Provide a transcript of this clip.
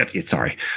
Sorry